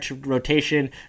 rotation